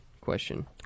question